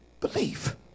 belief